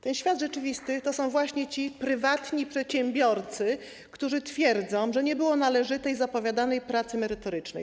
Ten świat rzeczywisty to są właśnie ci prywatni przedsiębiorcy, którzy twierdzą, że nie było należytej zapowiadanej pracy merytorycznej.